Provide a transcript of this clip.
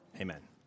amen